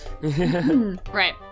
Right